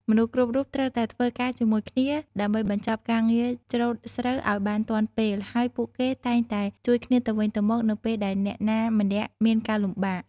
មនុស្សគ្រប់រូបត្រូវតែធ្វើការជាមួយគ្នាដើម្បីបញ្ចប់ការងារច្រូតស្រូវឱ្យបានទាន់ពេល ហើយពួកគេតែងតែជួយគ្នាទៅវិញទៅមកនៅពេលដែលអ្នកណាម្នាក់មានការលំបាក។